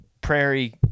Prairie